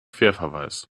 querverweis